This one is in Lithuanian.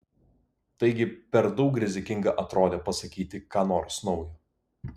taigi per daug rizikinga atrodė pasakyti ką nors naujo